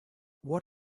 what